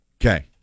Okay